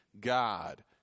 God